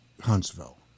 Huntsville